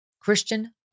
Christian